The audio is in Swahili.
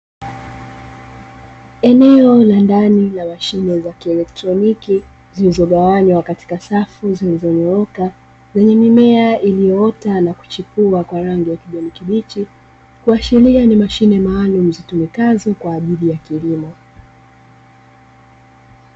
Eneo la ndani la mashine za kielektroniki zilizogawanywa katika safu zilizonyooka, zenye mimea iliyoota na kuchipua kwa rangi ya kijani kibichi, kuashiria kuwa ni mashine maalumu zitumikazo kwa ajili ya kilimo.